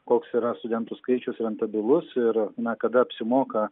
koks yra studentų skaičius rentabilus ir na kada apsimoka